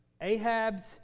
Ahab's